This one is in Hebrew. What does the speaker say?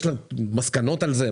יש מסקנות על זה?